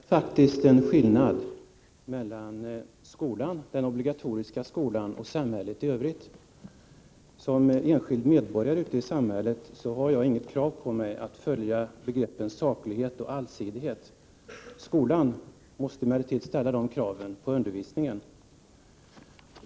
Herr talman! Det är faktiskt en skillnad mellan den obligatoriska skolan och samhället i övrigt. Som enskild medborgare ute i samhället har jag inget krav på mig att iaktta saklighet och allsidighet. Skolan måste emellertid ställa det kravet på undervisningen.